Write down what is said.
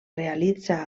realitza